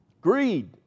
greed